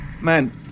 man